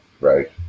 right